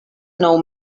nou